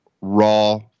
raw